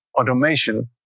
automation